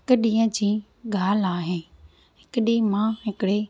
हिक ॾींहं जी ॻाल्हि आहे हिक ॾींहुं मां हिकिड़े